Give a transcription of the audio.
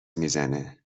میزنه